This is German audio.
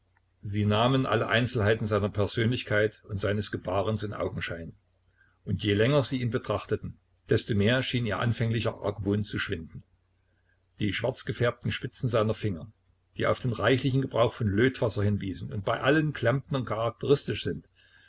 sie nahmen alle einzelheiten seiner persönlichkeit und seines gebarens in augenschein und je länger sie ihn betrachteten desto mehr schien ihr anfänglicher argwohn zu schwinden die schwarzgefärbten spitzen seiner finger die auf den reichlichen gebrauch von lötwasser hinwiesen und die bei allen klempnern charakteristisch sind